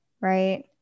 right